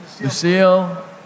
Lucille